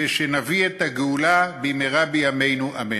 ושנביא את הגאולה במהרה בימינו, אמן.